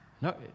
No